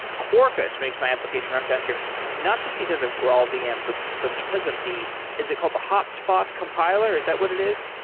quarkus makes my application run faster not just because of graalvm but but because of the is it called the hotspot compiler? is that what it is?